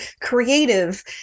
creative